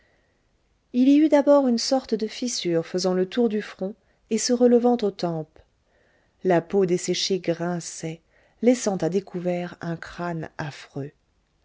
il y eut d'abord une sorte de fissure faisant le tour du front et se relevant aux tempes la peau desséchée grinçait laissant à découvert un crâne affreux